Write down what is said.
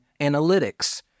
analytics